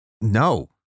no